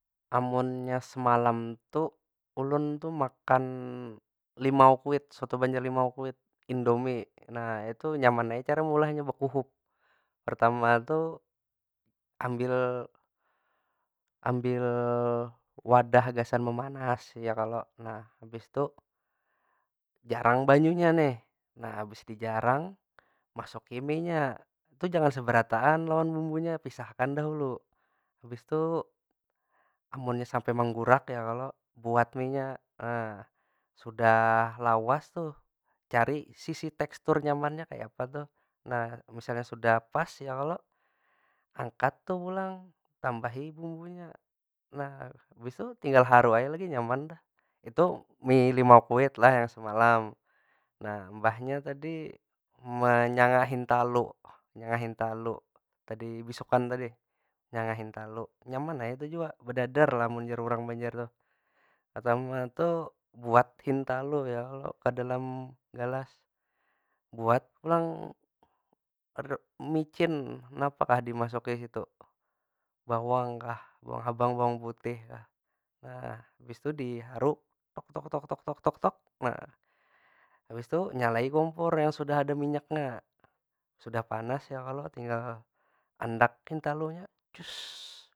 Amunnya semalam tu, ulun tu makan limau kuit. Soto banjar limau kuit, indomie. Nah itu nyaman ai cara meulahnya bekuhuk. Pertama tu, ambil- ambil wadah gasan memanasi ya kalo. Nah, habis tu jarang banyunya nih. Nah habis dijarang masuki mienya. Tu jangan seberataan lawan bumbunya, pisahkan dahulu. Habis tu amunnya sampai menggurak ya kalo, buat mienya. Nah, sudah lawas tu cari sisi tekstur nyamannya kayapa tu. Nah, misalnya sudah pas ya kalo, angkat tu pulang tambahi bumbunya. Nah, habis tu tinggal haru ai lagi nyaman dah. Itu mie limau kuit lah yang semalam. Nah, mbahnya tadi menyanga hintalu, menyanga hintalu tadi, beisukan tadi. Nyaman ai tu jua, bedadar lah mun jar urang banjar tuh. tu buat hintalu ya kalo ke dalam gelas. Buat pulang micin, napa kah dimasuki situ. Bawang kah, bawang habang, bawang putih kah. Habis tu diharu. Nah, habis tu nyalai kompor yang sudah ada minyaknya. Sudah panas ya kalo, tinggal andak intalunya.